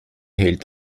hält